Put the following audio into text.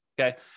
okay